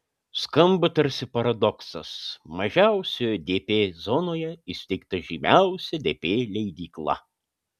skamba tarsi paradoksas mažiausioje dp zonoje įsteigta žymiausia dp leidykla